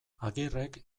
agirrek